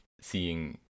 seeing